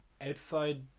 outside